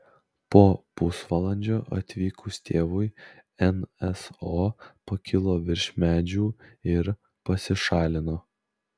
po pusvalandžio atvykus tėvui nso pakilo virš medžių ir pasišalino